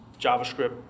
JavaScript